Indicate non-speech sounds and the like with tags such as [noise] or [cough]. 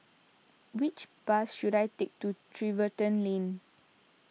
which bus should I take to [unintelligible] Lane